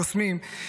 קוסמים,